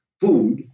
food